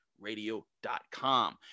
Radio.com